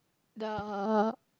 the